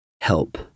help